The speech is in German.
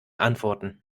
antworten